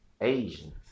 Asians